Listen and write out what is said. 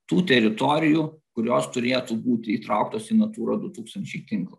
tų teritorijų kurios turėtų būti įtrauktos į natūra du tūkstančiai tinklą